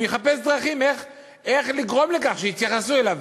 הוא יחפש דרכים איך לגרום לכך שיתייחסו אליו.